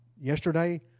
yesterday